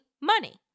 money